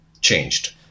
changed